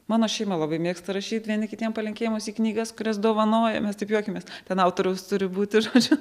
mano šeima labai mėgsta rašyt vieni kitiem palinkėjimus į knygas kurias dovanojam mes taip juokiamės ten autoriaus turi būti žodžiu